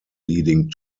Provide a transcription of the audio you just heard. leading